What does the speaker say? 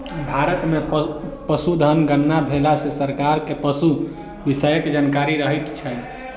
भारत मे पशुधन गणना भेला सॅ सरकार के पशु विषयक जानकारी रहैत छै